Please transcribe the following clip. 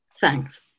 Thanks